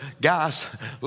guys